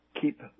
keep